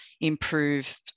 improve